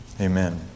Amen